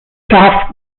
staffed